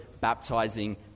baptizing